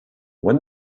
when